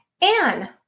Anne